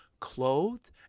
Clothed